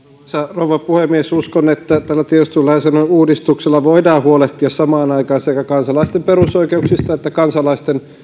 rouva puhemies uskon että tällä tiedustelulainsäädännön uudistuksella voidaan huolehtia samaan aikaan sekä kansalaisten perusoikeuksista että kansalaisten